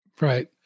Right